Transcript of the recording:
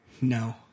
No